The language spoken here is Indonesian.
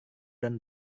dan